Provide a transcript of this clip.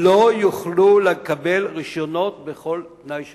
לא יוכלו לקבל רשיונות בכל תנאי שהוא,